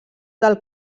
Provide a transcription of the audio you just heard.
del